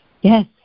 Yes